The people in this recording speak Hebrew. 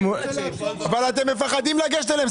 אתם מפחדים לגשת אליהם.